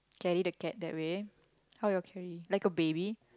carry the cat that way how you're carry like a baby